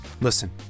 listen